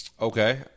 Okay